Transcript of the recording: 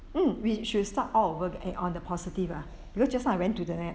mm we should start all over and on the positive ah because just now I went to the